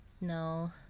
no